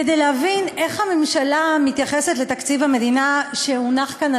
כדי להבין איך הממשלה מתייחסת לתקציב המדינה שהונח כאן על